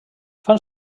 fan